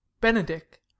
Benedict